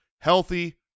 healthy